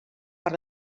per